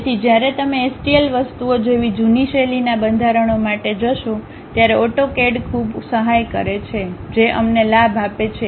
તેથી જ્યારે તમે એસટીએલ વસ્તુઓ જેવી જૂની શૈલીના બંધારણો માટે જશો ત્યારે AutoCAD ખૂબ સહાય કરે છે જે અમને લાભ આપે છે